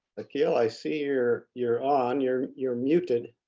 akil, i see you're you're on. you're you're muted.